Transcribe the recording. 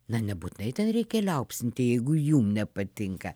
na nebūtinai ten reikia liaupsinti jeigu jum nepatinka